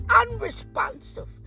unresponsive